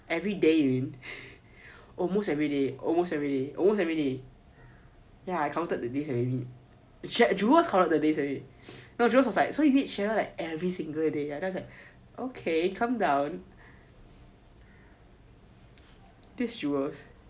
everyday you mean almost every day almost everyday almost everyday and I counted the days jewels counted the days already then jewels was like you reach here like every single day I was like okay calm down this jewels